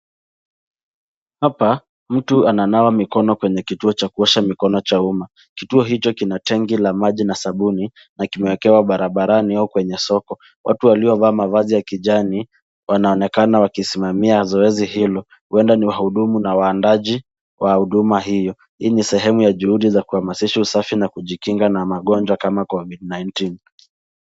Hapa mtu ananawa mikono kwenye kituo cha kuosha mkono cha umma. Kituo hicho kina tenki la maji na sabuni na kimeekewa barabani au kwenye soko. Watu waliovaa mavazi ya kijani wanaonekana wakisimamia zoezi hilo huenda ni wahudumu na waandaji wa huduma hiyo. Hii ni sehemu ya juhudi za kuhamasisha usafi na kujikinga na magonjwa kama COVID-19.